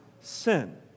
sin